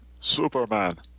Superman